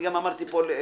אני גם אמרתי פה אתמול,